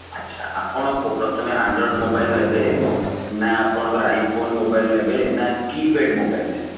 ଆଚ୍ଛା ଆପଣକୁ ପ୍ରଥମେ ଆଣ୍ଡ୍ରୋଏଡ଼୍ ମୋବାଇଲ୍ ନେବେ ନା ଆପଣଙ୍କର ଆଇଫୋନ୍ ମୋବାଇଲ୍ ନେବେ ନା କିପ୍ୟାଡ଼୍ ମୋବାଇଲ୍ ନେବେ